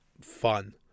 fun